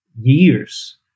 years